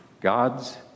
God's